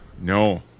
No